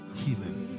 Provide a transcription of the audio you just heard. healing